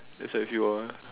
that's why if you were